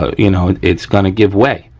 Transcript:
ah you know, it's gonna give way.